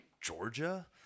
Georgia